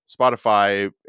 Spotify